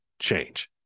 change